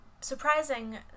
surprising